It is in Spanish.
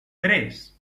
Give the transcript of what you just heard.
tres